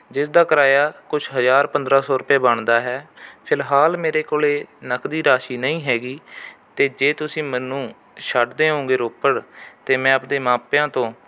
ਜਿਸ ਦਾ ਕਰਾਇਆ ਕੁਛ ਹਜ਼ਾਰ ਪੰਦਰਾਂ ਸੌ ਰੁਪਏ ਬਣਦਾ ਹੈ ਫਿਲਹਾਲ ਮੇਰੇ ਕੋਲ ਨਕਦੀ ਰਾਸ਼ੀ ਨਹੀਂ ਹੈਗੀ ਅਤੇ ਜੇ ਤੁਸੀਂ ਮੈਨੂੰ ਛੱਡ ਦਿਓਗੇ ਰੋਪੜ ਤਾਂ ਮੈਂ ਆਪਣੇ ਮਾਪਿਆ ਤੋਂ